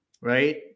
right